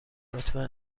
لطفا